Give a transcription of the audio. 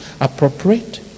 appropriate